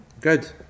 good